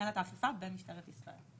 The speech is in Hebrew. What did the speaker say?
מנהלת האכיפה במשטרת ישראל.